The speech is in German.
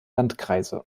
landkreise